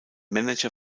manager